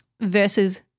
versus